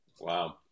Wow